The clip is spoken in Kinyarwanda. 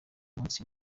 minsi